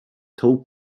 told